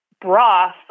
broth